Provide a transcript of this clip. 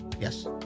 Yes